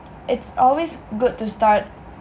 it's always good to start